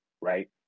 right